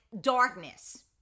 darkness